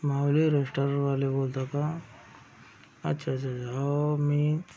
माऊली रेश्टॉरवाले बोलता का आच्छाछाछा हो मी